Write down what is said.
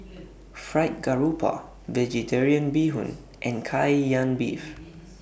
Fried Garoupa Vegetarian Bee Hoon and Kai Lan Beef